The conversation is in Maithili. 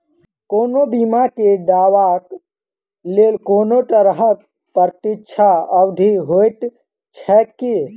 कोनो बीमा केँ दावाक लेल कोनों तरहक प्रतीक्षा अवधि होइत छैक की?